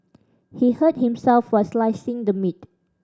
he hurt himself while slicing the meat